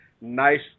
nice